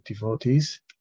devotees